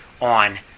on